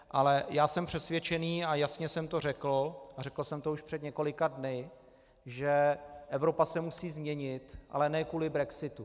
Ale jsem přesvědčený a jasně jsem to řekl, a řekl jsem to už před několika dny, že Evropa se musí změnit, ale ne kvůli brexitu.